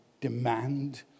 demand